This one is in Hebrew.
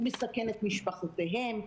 הוא מסכן את משפחותיהם,